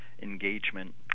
engagement